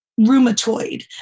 Rheumatoid